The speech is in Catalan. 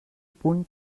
punt